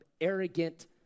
arrogant